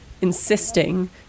insisting